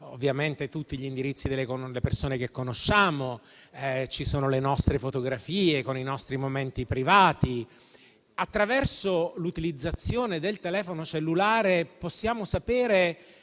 ovviamente tutti gli indirizzi delle persone che conosciamo e le nostre fotografie dei nostri momenti privati; attraverso l'utilizzo del telefono cellulare possiamo sapere